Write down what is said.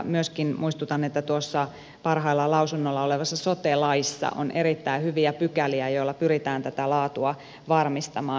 myöskin muistutan että tuossa parhaillaan lausunnolla olevassa sote laissa on erittäin hyviä pykäliä joilla pyritään tätä laatua varmistamaan